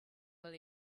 will